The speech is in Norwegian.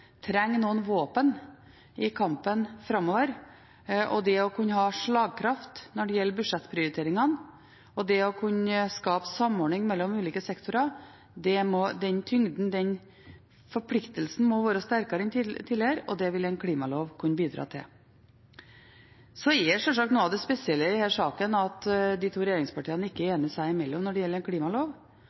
trenger noen våpen i kampen framover, og det å kunne ha slagkraft når det gjelder budsjettprioriteringene, og det å kunne skape samordning mellom ulike sektorer, og den tyngden, den forpliktelsen, må være sterkere enn tidligere, og det vil en klimalov kunne bidra til. Så er sjølsagt noe av det spesielle i denne saken at de to regjeringspartiene ikke er enige seg imellom når det gjelder en klimalov.